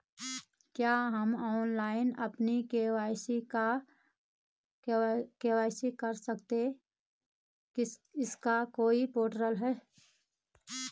क्या हम ऑनलाइन अपनी के.वाई.सी करा सकते हैं इसका कोई पोर्टल है?